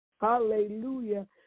Hallelujah